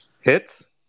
Hits